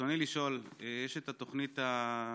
ברצוני לשאול יש תוכנית לפריפריה,